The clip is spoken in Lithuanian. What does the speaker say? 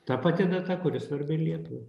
ta pati data kuri svarbi ir lietuvai